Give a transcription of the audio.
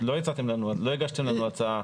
לא הגשתם לנו הצעה